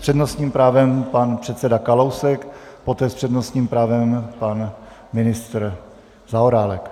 S přednostním právem pan předseda Kalousek, poté s přednostním právem pan ministr Zaorálek.